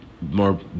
more